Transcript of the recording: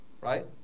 Right